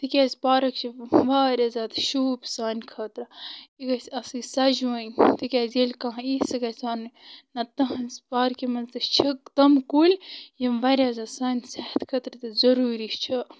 تِکیٛازِ پارٕک چھِ واریاہ زیادٕ شوٗب سانہِ خٲطرٕ یہِ گژھِ آسٕنۍ سَجوٕنۍ تِکیٛازِ ییٚلہِ کانٛہہ اِی سُہ گژھِ وَنُن نَہ تُہِنٛز پارکہِ منٛز تہِ چھِکھ تٕمہٕ کُلۍ یِم واریاہ زیادٕ سانہِ صحت خٲطرٕ تہِ ضٔروٗری چھِ